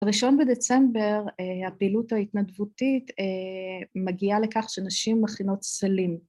‫בראשון בדצמבר הפעילות ההתנדבותית ‫מגיעה לכך שנשים מכינות סלים.